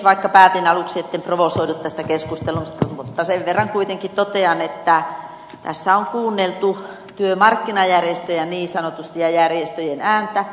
vaikka päätin aluksi etten provosoidu tästä keskustelusta sen verran kuitenkin totean että tässä on kuunneltu niin sanotusti työmarkkinajärjestöjä ja järjestöjen ääntä